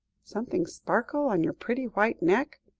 something sparkle on your pretty white neck.